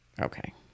Okay